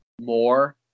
more